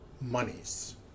monies